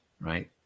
right